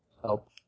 help